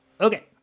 Okay